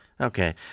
Okay